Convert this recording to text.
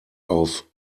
auf